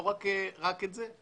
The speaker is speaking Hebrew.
לא רק את זה.